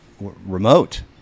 remote